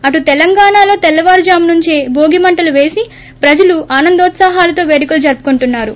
అటు తెలంగాణాలో తెల్లవారుజాము నుంచే భోగి మంటలు వేసి ప్రజలు ఆనందోత్సాహాలతో పేడుకలు జరుపుకోంటున్నారు